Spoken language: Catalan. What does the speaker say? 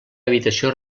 habitació